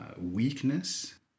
weakness